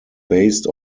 based